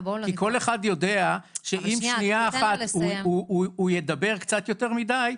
כי כל אחד יודע שאם שנייה אחת הוא ידבר קצת יותר מדי,